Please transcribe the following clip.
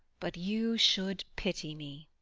but you should pity me!